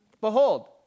behold